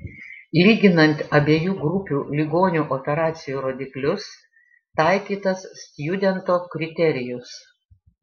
lyginant abiejų grupių ligonių operacijų rodiklius taikytas stjudento kriterijus